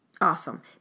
awesome